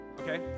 Okay